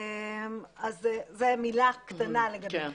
אז זו מילה קטנה לגבי זה.